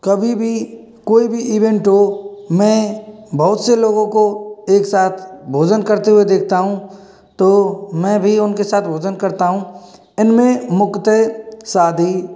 कभी भी कोई भी इवेंट हो मैं बहुत से लोगों को एक साथ भोजन करते हुए देखता हूँ तो मैं भी उनके साथ भोजन करता हूँ इनमें मुख्यतः शादी